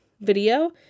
video